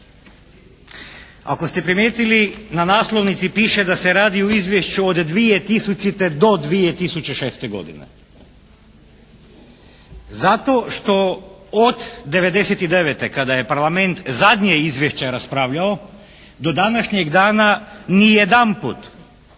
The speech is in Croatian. Ako ste primijetili na naslovnici da se radi o izvješću od 2000. do 2006. godine. Zato što do '99. kada je Parlament zadnje izvješće raspravljao do današnjeg dana ni jedanput